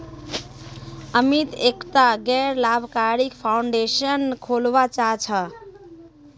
अमित एकटा गैर लाभकारी फाउंडेशन खोलवा चाह छ